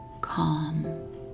calm